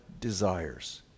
desires